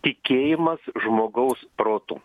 tikėjimas žmogaus protu